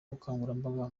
ubukangurambaga